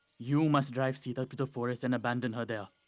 you must drive sita to the forest and abandon her there.